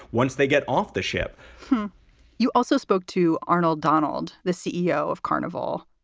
once they get off the ship you also spoke to arnold donald, the ceo of carnival.